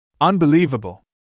Unbelievable